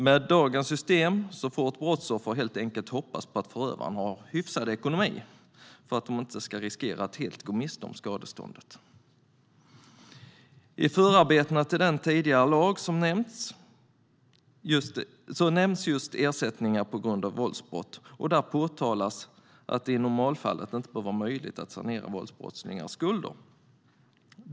Med dagens system får ett brottsoffer helt enkelt hoppas på att förövaren har hyfsad ekonomi för att inte riskera att helt gå miste om skadeståndet. I förarbetena till den tidigare lagen nämns just ersättningar på grund av våldsbrott. Där framhålls att det i normalfallet inte bör vara möjligt att sanera våldsbrottslingars skulder.